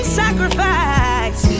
sacrifice